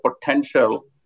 potential